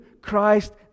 Christ